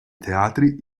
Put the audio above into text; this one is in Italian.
teatri